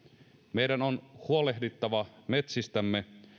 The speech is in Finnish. meidän on huolehdittava metsistämme